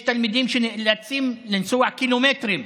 יש תלמידים שנאלצים לנסוע קילומטרים,